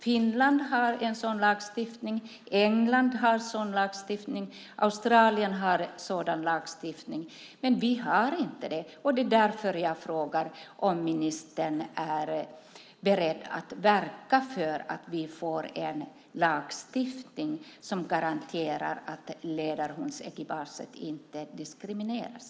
Finland och England har en sådan lagstiftning, och det har även Australien. Men Sverige har inte det, och det är därför jag frågar om ministern är beredd att verka för att vi får en lagstiftning som garanterar att ledarhundsekipage inte diskrimineras.